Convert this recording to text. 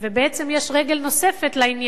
בעצם יש רגל נוספת לעניין,